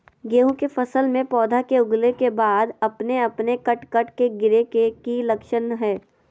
गेहूं के फसल में पौधा के उगला के बाद अपने अपने कट कट के गिरे के की लक्षण हय?